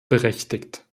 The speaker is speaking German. berechtigt